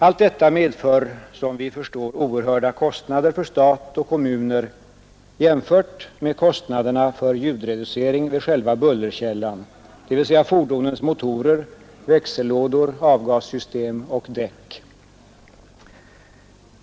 Som vi förstår medför allt detta oerhörda kostnader för staten och kommunerna, jämfört med kostnaderna för ljudreducering vid själva bullerkällan, dvs. fordonens motorer, växellådor, avgassystem och däck.